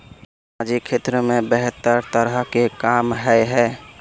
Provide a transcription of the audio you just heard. सामाजिक क्षेत्र में बेहतर तरह के काम होय है?